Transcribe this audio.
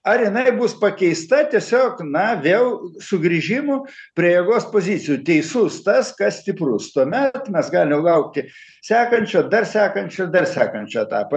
ar jinai bus pakeista tiesiog na vėl sugrįžimu prie jėgos pozicijų teisus tas kas stiprus tuomet mes galim laukti sekančio dar sekančio dar sekančio etapo